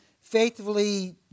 faithfully